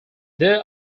there